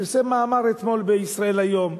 הוא פרסם אתמול מאמר ב"ישראל היום".